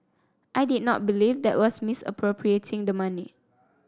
I did not believe that was misappropriating the money